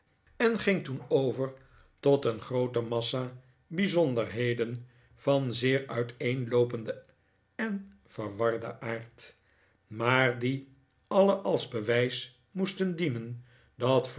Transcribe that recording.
en ging toen over nikolaas nickleby tot een groote massa bijzbnderheden van zeer uiteenloopenden en verwarden aard maar die alle als bewijs moesten dienen dat